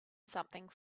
something